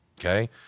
Okay